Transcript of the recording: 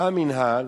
בא המינהל,